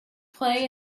play